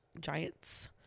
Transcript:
giants